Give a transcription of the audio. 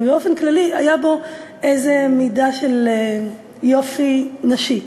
באופן כללי הייתה בו איזו מידה של יופי נשי.